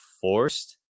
forced